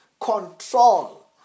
Control